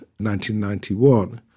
1991